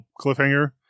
cliffhanger